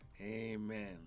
Amen